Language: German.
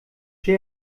die